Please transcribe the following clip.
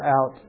out